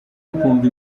akumva